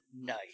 nice